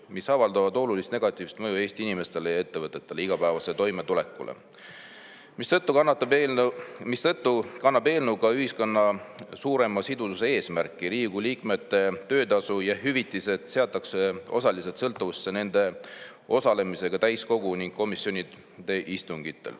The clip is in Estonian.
mis avaldavad olulist negatiivset mõju Eesti inimestele ja ettevõtetele, igapäevasele toimetulekule, mistõttu kannab eelnõu ka ühiskonna suurema sidususe eesmärki. Riigikogu liikmete töötasu ja hüvitised seatakse osaliselt sõltuvusse nende osalemisega täiskogu ning komisjoni istungitel.